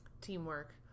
teamwork